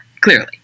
clearly